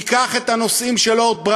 תיקח את הנושאים של "אורט בראודה",